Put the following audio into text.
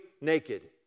naked